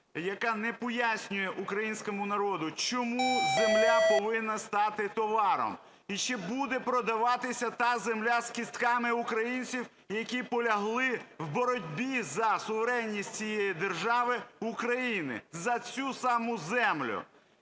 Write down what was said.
яка не пояснює українському народу, чому земля повинна стати товаром. І ще буде продаватися та земля з кістками українців, які полягли в боротьбі за суверенність цієї держави України за цю саму землю.